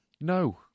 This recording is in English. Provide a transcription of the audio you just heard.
No